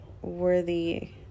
worthy